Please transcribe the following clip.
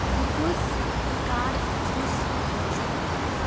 بہٕ کُس ریکارڈ چھُس بوزان